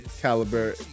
caliber